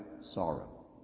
sorrow